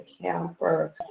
Camper